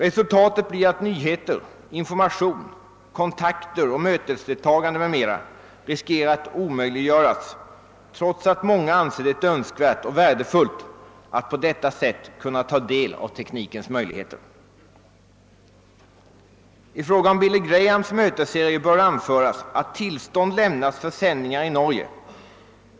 Resultatet blir att nyheter, information, kontakter och mötesdeltagande m.m. riskerar att omöjliggöras trots att många anser det önskvärt och värdefullt att på detta sätt kunna ta del av teknikens möjligheter. I fråga om Billy Grahams mötesserie bör anföras att tillstånd lämnats för sändningar i Norge.